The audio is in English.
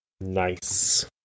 Nice